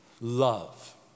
love